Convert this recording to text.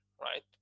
right